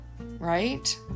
right